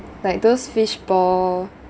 like those fishball